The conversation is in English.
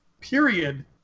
period